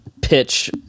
pitch